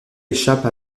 échappent